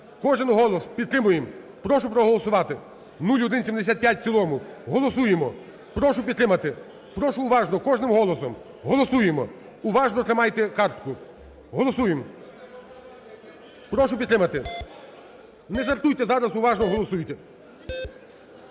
Кожен голос, підтримуємо. Прошу проголосувати 0175 в цілому. Голосуємо, прошу підтримати. Прошу уважно кожним голосом. Голосуємо. Уважно тримайте картку. Голосуємо. Прошу підтримати. Не жартуйте, зараз уважно голосуйте.